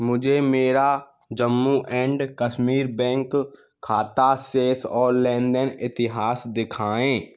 मुझे मेरा Jammu and Kashmir bank खाता शेष और लेनदेन इतिहास दिखाएँ